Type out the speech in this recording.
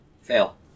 Fail